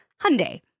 Hyundai